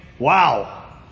Wow